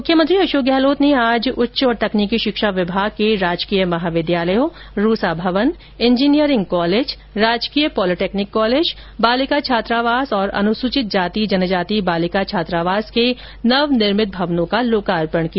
मुख्यमंत्री अशोक गहलोत ने आज उच्च और तकनीकी शिक्षा विभाग के राजकीय महाविद्यालयों रूसा भवन इंजीनियरिंग कॉलेज राजकीय पोलोटेक्निक कॉलेज बालिका छात्रावास और अनुसूचित जाति जन जाति बालिका छात्रावास के नवनिर्भित भवनों का लोकार्पण किया